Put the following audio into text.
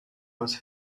was